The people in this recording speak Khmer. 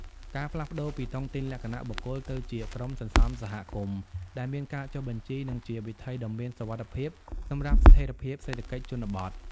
ការផ្លាស់ប្តូរពី "តុងទីនលក្ខណៈបុគ្គល" ទៅជា "ក្រុមសន្សំសហគមន៍" ដែលមានការចុះបញ្ជី គឺជាវិថីដ៏មានសុវត្ថិភាពសម្រាប់ស្ថិរភាពសេដ្ឋកិច្ចជនបទ។